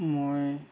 মই